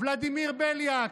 ולדימיר בליאק,